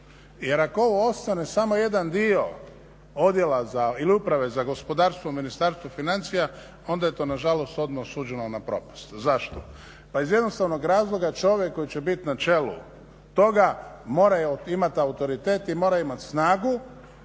Jer ako ovo ostane samo jedan dio odijela ili uprave za gospodarstvo Ministarstvu financija onda je to nažalost odmah osuđeno na propast. Zašto? Pa iz jednostavnog razloga čovjek koji će biti na čelu toga mora imati autoritet i mora imati snagu